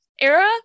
era